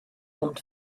und